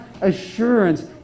assurance